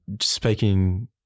speaking